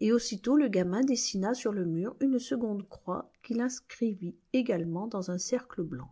et aussitôt le gamin dessina sur le mur une seconde croix qu'il inscrivit également dans un cercle blanc